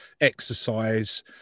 exercise